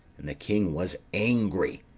and the king was angry.